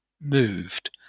moved